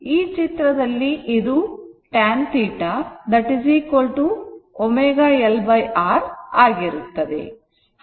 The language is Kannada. ಈ ಚಿತ್ರದಲ್ಲಿ ಇದು tan θ L ω R ಆಗಿರುತ್ತದೆ